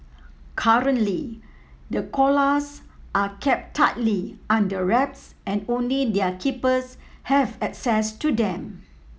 currently the koalas are kept tightly under wraps and only their keepers have access to them